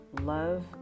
Love